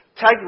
Take